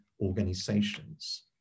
organizations